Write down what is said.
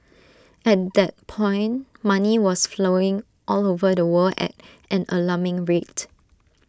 at that point money was flowing all over the world at an alarming rate